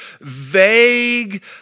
vague